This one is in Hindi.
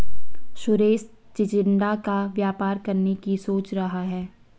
सुरेश चिचिण्डा का व्यापार करने की सोच रहा है